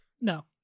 No